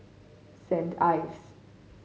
Saint Ives